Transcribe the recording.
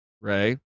Ray